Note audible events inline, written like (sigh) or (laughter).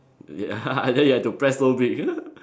ya (laughs) and then you have to press so big (laughs)